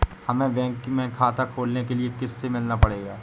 हमे बैंक में खाता खोलने के लिए किससे मिलना पड़ेगा?